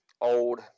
old